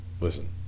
listen